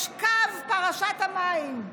יש קו פרשת המים,